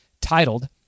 titled